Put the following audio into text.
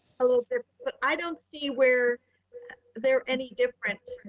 a little bit, but i don't see where there are any different,